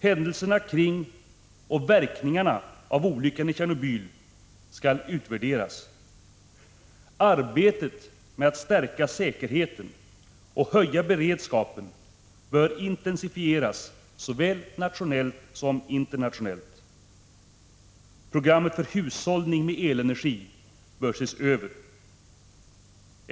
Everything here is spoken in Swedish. Händelserna kring och verkningarna av olyckan i Tjernobyl skall utvärderas. Arbetet med att stärka säkerheten och höja beredskapen bör intensifieras såväl nationellt som internationellt. Programmet för hushållning med elenergi bör ses över.